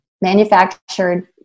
manufactured